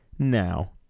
Now